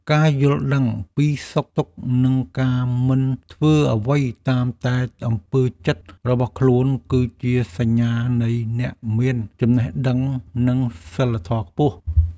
ការយល់ដឹងពីសុខទុក្ខនិងការមិនធ្វើអ្វីតាមតែអំពើចិត្តរបស់ខ្លួន គឺជាសញ្ញាណនៃអ្នកមានចំណេះដឹងនិងសីលធម៌ខ្ពស់។